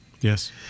Yes